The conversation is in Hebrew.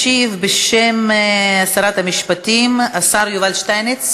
ישיב, בשם שרת המשפטים, השר יובל שטייניץ.